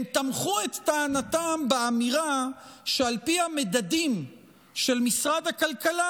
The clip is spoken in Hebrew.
הם תמכו את טענתם באמירה שעל פי המדדים של משרד הכלכלה,